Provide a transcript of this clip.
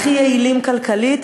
הכי יעילים כלכלית,